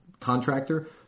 contractor